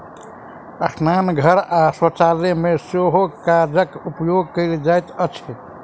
स्नानागार आ शौचालय मे सेहो कागजक उपयोग कयल जाइत अछि